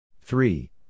Three